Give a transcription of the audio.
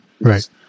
Right